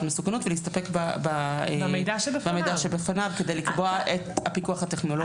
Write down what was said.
מסוכנות ולהסתפק במידע שבפניו כדי לקבוע את הפיקוח הטכנולוגי.